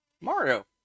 Mario